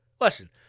listen